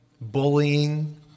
bullying